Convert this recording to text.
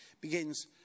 begins